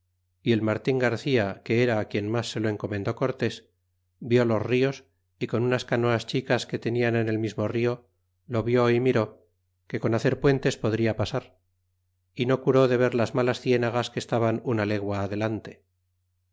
y el martin garcía que era quien mas se lo encomendó cortés vió los nos y con unas canoas chicas que tenian en el mismo rio lo vió y miró que con hacer puentes podria pasar y no curó de ver las malas cienagas que estaban una legua adelante